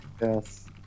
Yes